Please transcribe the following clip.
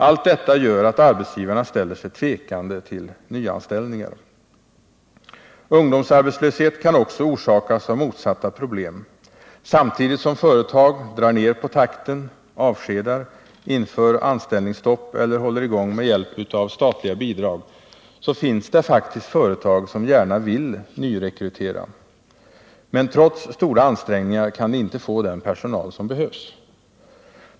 Allt detta gör att arbetsgivarna ställer sig tvekande till nyanställningar. Ungdomsarbetslöshet kan också orsakas av motsatta problem. Samtidigt som företag drar ner på takten, avskedar, inför anställningsstopp eller håller i gång med statliga bidrag så finns det faktiskt företag som gärna vill nyrekrytera. Men trots stora ansträngningar kan de inte få den personal som behövs.